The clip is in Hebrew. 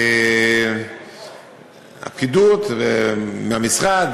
הפקידוּת ומהמשרד,